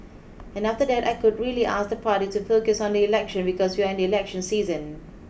and after that I could really ask the party to focus on the election because we are in election season